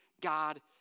God